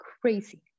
crazy